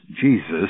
Jesus